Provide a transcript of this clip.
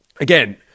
again